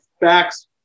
facts